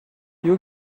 you